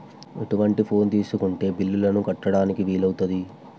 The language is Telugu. ఎటువంటి ఫోన్ తీసుకుంటే బిల్లులను కట్టడానికి వీలవుతది?